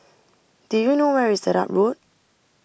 do you know where is Dedap Road